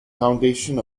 foundation